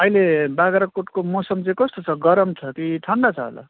अहिले बाग्राकोटको मौसम चाहिँ कस्तो छ गरम छ कि ठन्डा छ होला